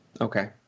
Okay